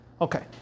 Okay